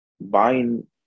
buying